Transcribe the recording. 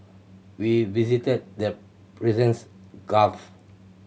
we visited the Persians Gulf